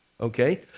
Okay